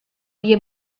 dia